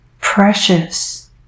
precious